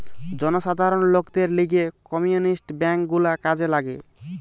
জনসাধারণ লোকদের লিগে কমিউনিটি বেঙ্ক গুলা কাজে লাগে